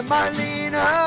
Marlena